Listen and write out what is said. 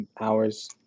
hours